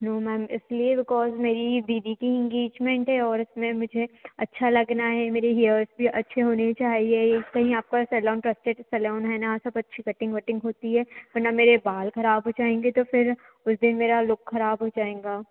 no ma'am इसलिए because मेरी दीदी की इंगेजमेंट है और इसमें मुझे अच्छा लगना है मेरे हेयर्स भी अच्छे होने चाहिए कहीं आपका सेलोन ट्रस्टेड सेलोन है न सब अच्छी कटिंग वटिंग होती है वरना मेरे बाल खराब हो जाएंगे तो फिर उस दिन मेरा लुक खराब हो जाएगा